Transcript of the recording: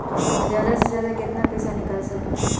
जादा से जादा कितना पैसा निकाल सकईले?